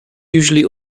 usually